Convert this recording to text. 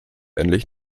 endlich